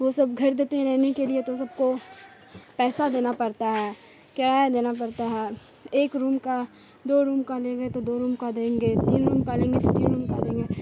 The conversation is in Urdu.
وہ سب گھر دیتے ہیں رہنے کے لیے تو سب کو پیسہ دینا پڑتا ہے کرایہ دینا پڑتا ہے ایک روم کا دو روم کا لیں گے تو دو روم کا دیں گے تین روم کا لیں گے تو تین روم کا دیں گے